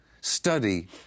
study